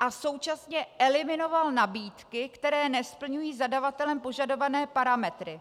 a současně eliminoval nabídky, které nesplňují zadavatelem požadované parametry.